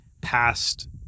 past